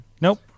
Nope